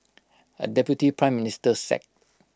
A deputy Prime Minister sacked